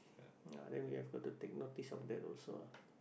ya then we have got to take notice of that also ah